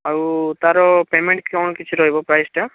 ଆଉ ତାର ପେମେଣ୍ଟ୍ କ'ଣ କିଛି ରହିବ ପ୍ରାଇସ୍ଟା